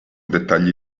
dettagli